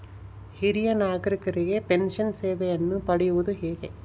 ಹಿರಿಯ ನಾಗರಿಕರಿಗೆ ಪೆನ್ಷನ್ ಸೇವೆಯನ್ನು ಪಡೆಯುವುದು ಹೇಗೆ?